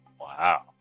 Wow